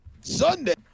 Sunday